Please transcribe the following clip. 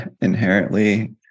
inherently